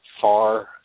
far